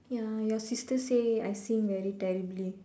ya your sister say I sing very terribly